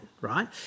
right